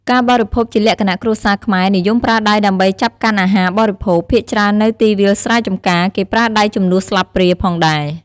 ការបរិភោគជាលក្ខណៈគ្រួសារខ្មែរនិយមប្រើដៃដើម្បីចាប់កាន់អាហារបរិភោគ ភាគច្រើននៅទីវាលស្រែចម្ការគេប្រើដៃជំនួសស្លាបព្រាផងដែរ។